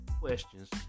questions